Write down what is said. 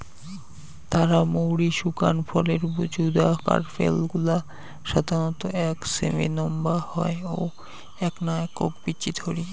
তারা মৌরি শুকান ফলের যুদা কার্পেল গুলা সাধারণত এক সেমি নম্বা হয় ও এ্যাকনা একক বীচি ধরি